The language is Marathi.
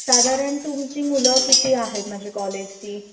साधारण तुमची मुलं किती आहेत म्हणजे कॉलेजची